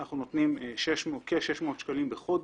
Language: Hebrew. אנחנו נותנים כ-600 שקלים בחודש